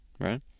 Right